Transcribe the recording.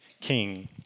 king